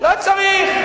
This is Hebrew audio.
לא צריך.